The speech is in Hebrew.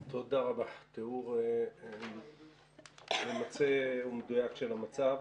תודה רבה, תיאור ממצה ומדויק של המצב.